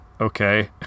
okay